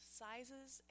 sizes